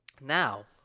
Now